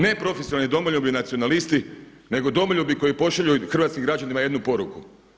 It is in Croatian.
Ne profesionalni domoljubi i nacionalisti, nego domoljubi koji pošalju hrvatskim građanima jednu poruku.